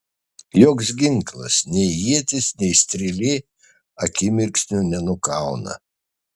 joks ginklas nei ietis nei strėlė akimirksniu nenukauna